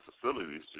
facilities